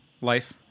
life